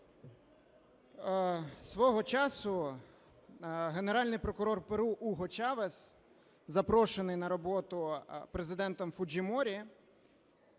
Свого часу генеральний прокурор Перу Уго Чавес, запрошений на роботу Президентом Фухіморі,